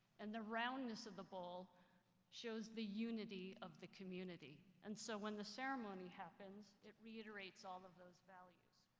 and the roundness of the bowl shows the unity of the community. and so when the ceremony happens it reiterates all of those values.